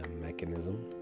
mechanism